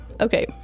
okay